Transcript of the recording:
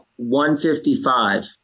155